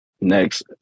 next